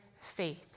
faith